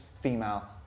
female